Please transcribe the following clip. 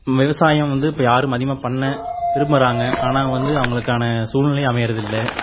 விவசாயம் வந்து இப்போ யாரும் அதிகமாக பண்ண விரும்பிறாங்க ஆனால் வந்து அவங்களுக்கான சூழ்நிலை அமைகிறதில்லை